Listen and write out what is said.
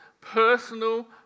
personal